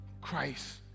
Christ